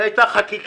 וגם הייתה חקיקה.